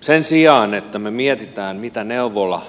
sen sijaan että me mietimme mitä neuvola